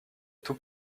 tout